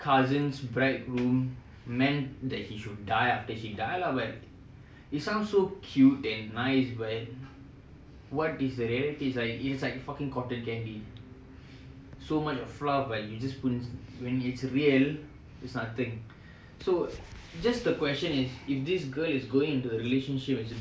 my cousins groom meant that he should die after she dies but it sounds so cute and nice when what these realities I inside fucking quarter can be so much floor but you just spoons when it's a real exciting so it's just a question is if this